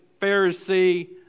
Pharisee